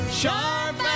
sharp